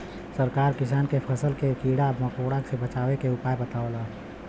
सरकार किसान के फसल के कीड़ा मकोड़ा से बचावे के उपाय बतावलन